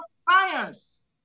science